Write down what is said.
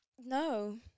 no